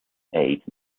ate